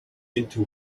into